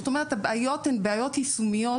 זאת אומרת הבעיות הן בעיות יישומיות,